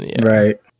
Right